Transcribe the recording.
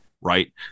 right